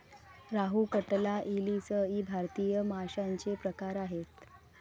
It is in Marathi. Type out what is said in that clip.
रोहू, कटला, इलीस इ भारतीय माशांचे प्रकार आहेत